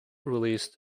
released